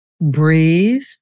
breathe